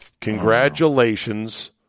congratulations